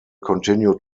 continue